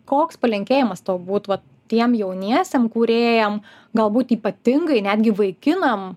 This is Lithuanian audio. koks palinkėjimas tavo būtų tiem jauniesiem kūrėjam galbūt ypatingai netgi vaikinam